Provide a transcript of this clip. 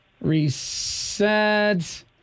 Reset